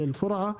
באל-פורעה.